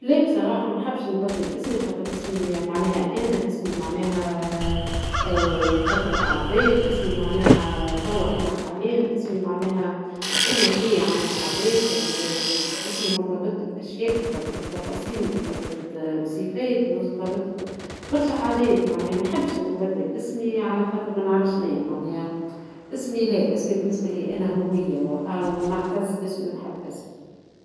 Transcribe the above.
لا بصراحة منحبش نبدل اسمي خاطر اسمي معناها أنا اسمي معاناها فترة تعدات ، اسمي معناها توا أنا حاليا ، اسمي معناها أنا شنيا عند العباد ، يعني اسمي مرتبط بأشياء مرتبط بتفاصيل مرتبط بصفات ، مرتبط ببرشا حاجات معناها منحبش نبدل اسمي علخاطر منعرفش شنيا معناها اسمي لا ، اسمي بالنسبة ليا أنا هوية ونعتز باسمي ونحب اسمي.